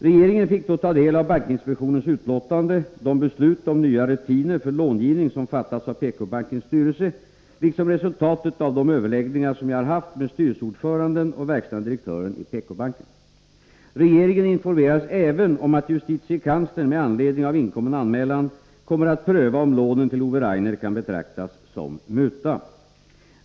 Regeringen fick då ta del av bankinspektionens utlåtande, de beslut om nya rutiner för långivning som fattats av PK-bankens styrelse liksom resultatet av de överläggningar som jag har haft med styrelseordföranden och verkställande direktören i PK-banken. Regeringen informerades även om att justitiekanslern med anledning av inkommen anmälan kommer att pröva om lånen till Ove Rainer kan betraktas som muta.